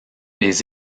les